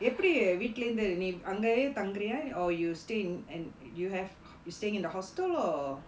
எப்படி வீட்டுல இருந்து நீ அங்கையே தங்குறியா: eppadi veetula irundhu nee angaiyae tanguriyaa or you stay in an you have you staying in the hostel or